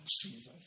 Jesus